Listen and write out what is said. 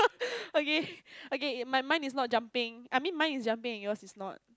okay okay my mind is not jumping I mean mine is jumping yours is not